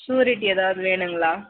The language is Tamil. ஷ்யூரிட்டி எதாவது வேணுங்களா